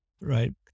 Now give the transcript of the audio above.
right